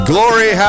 Glory